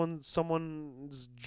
someone's